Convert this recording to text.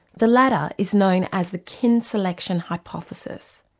the ladder is known as the kin selection hypothesis,